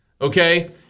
Okay